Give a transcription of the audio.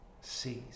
sees